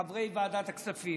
חברי ועדת הכספים,